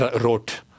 wrote